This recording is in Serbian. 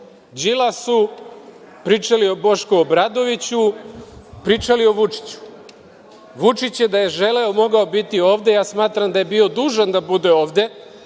Đilasu, pričali o Bošku Obradoviću, pričali o Vučiću. Vučić je, da je želeo, mogao biti ovde. Ja smatram da je bio dužan da bude ovde,